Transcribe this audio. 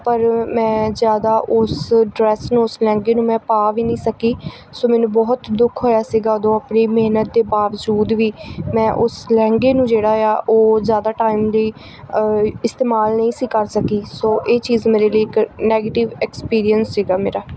ਪਰ ਮੈਂ ਜ਼ਿਆਦਾ ਉਸ ਡਰੈਸ ਨੂੰ ਉਸ ਲਹਿੰਗੇ ਨੂੰ ਮੈਂ ਪਾ ਵੀ ਨਹੀਂ ਸਕੀ ਸੋ ਮੈਨੂੰ ਬਹੁਤ ਦੁੱਖ ਹੋਇਆ ਸੀਗਾ ਉਦੋਂ ਆਪਣੀ ਮਿਹਨਤ ਦੇ ਬਾਵਜੂਦ ਵੀ ਮੈਂ ਉਸ ਲਹਿੰਗੇ ਨੂੰ ਜਿਹੜਾ ਆ ਉਹ ਜ਼ਿਆਦਾ ਟਾਇਮ ਲਈ ਇਸਤੇਮਾਲ ਨਹੀਂ ਸੀ ਕਰ ਸਕੀ ਸੋ ਇਹ ਚੀਜ਼ ਮੇਰੇ ਲਈ ਇੱਕ ਨੈਗੇਟਿਵ ਐਕਸਪੀਰੀਅਸ ਸੀਗਾ ਮੇਰਾ